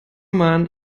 man